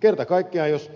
kerta kaikkiaan jos